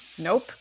Nope